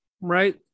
right